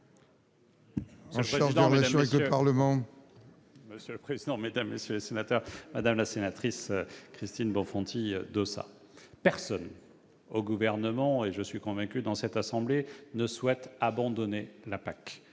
Monsieur le président, mesdames, messieurs les sénateurs, madame la sénatrice Christine Bonfanti-Dossat, personne au Gouvernement ni- j'en suis convaincu -au sein de la Haute Assemblée ne souhaite abandonner la PAC.